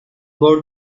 بار